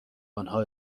آنها